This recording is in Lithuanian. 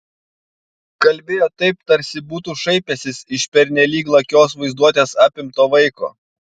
kalbėjo taip tarsi būtų šaipęsis iš pernelyg lakios vaizduotės apimto vaiko